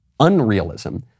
unrealism